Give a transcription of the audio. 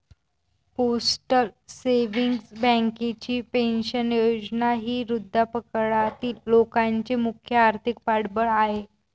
postal savings बँकेची pension योजना ही वृद्धापकाळातील लोकांचे मुख्य आर्थिक पाठबळ आहे